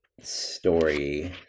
story